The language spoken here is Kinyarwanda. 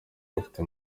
rufite